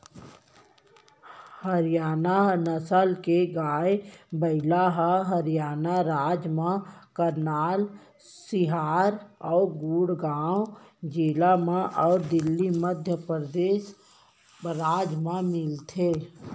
हरियाना नसल के गाय, बइला ह हरियाना राज म करनाल, हिसार अउ गुड़गॉँव जिला म अउ दिल्ली, मध्य परदेस राज म मिलथे